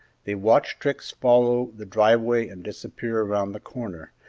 they watched trix follow the driveway and disappear around the corner,